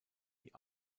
die